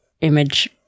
image